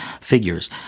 figures